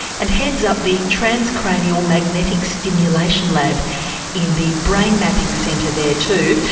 and heads up the transcranial magnetic stimulation lab in the brain mapping centre there too.